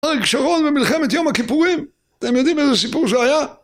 אריק שרון במלחמת יום הכיפורים? אתם יודעים איזה סיפור זה היה?